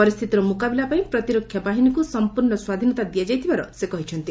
ପରିସ୍ଥିତିର ମୁକାବିଲା ପାଇଁ ପ୍ରତିରକ୍ଷା ବାହିନୀକୁ ସମ୍ପୂର୍ଣ୍ଣ ସ୍ୱାଧୀନତା ଦିଆଯାଇଥିବାର କହିଛନ୍ତି